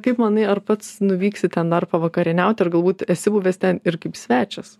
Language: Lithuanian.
kaip manai ar pats nuvyksi ten dar pavakarieniauti ir galbūt esi buvęs ten ir kaip svečias